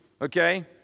okay